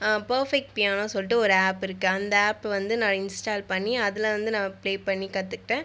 perfect piano சொல்லிட்டு ஒரு app இருக்குது அந்த ஆப் வந்து நான் இன்ஸ்டால் பண்ணி அதுலருந்து நான் ஃபிளே பண்ணி கற்றுக்டேன்